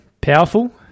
Powerful